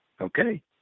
Okay